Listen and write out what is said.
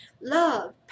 love